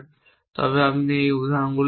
তবে আপনি উদাহরণগুলি পাবেন